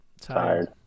Tired